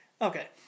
okay